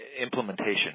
implementation